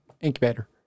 incubator